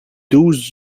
douze